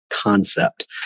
concept